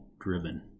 driven